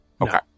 Okay